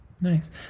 Nice